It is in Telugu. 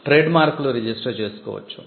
ట్రేడ్మార్క్ లు రిజిస్టర్ చేసుకోవచ్చు